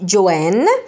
Joanne